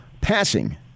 passing